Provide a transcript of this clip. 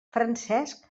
francesc